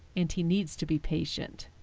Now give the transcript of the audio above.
and he needs to be patient.